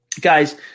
Guys